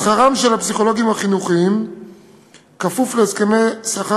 שכרם של הפסיכולוגים החינוכיים כפוף להסכמי שכר